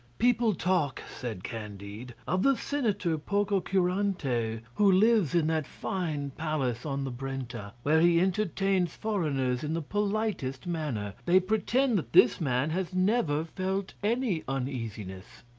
people talk, said candide, of the senator pococurante, pococurante, who lives in that fine palace on the brenta, where he entertains foreigners in the politest manner. they pretend that this man has never felt any uneasiness.